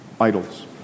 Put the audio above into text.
idols